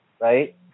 right